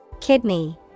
Kidney